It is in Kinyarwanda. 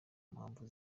mpamvu